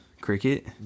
cricket